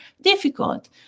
difficult